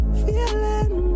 feeling